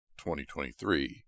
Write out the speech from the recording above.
2023